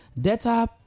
data